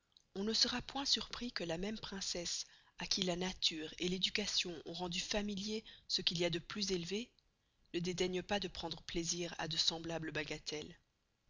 on ne sera point surpris que la même princesse à qui la nature l'éducation ont rendu familier ce qu'il y a de plus élevé ne dédaigne pas de prendre plaisir à de semblables bagatelles